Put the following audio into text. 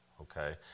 okay